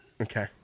Okay